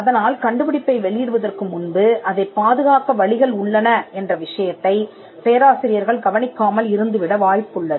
அதனால் கண்டுபிடிப்பை வெளியிடுவதற்கு முன்பு அதைப் பாதுகாக்க வழிகள் உள்ளன என்ற விஷயத்தைப் பேராசிரியர்கள் கவனிக்காமல் இருந்துவிட வாய்ப்புள்ளது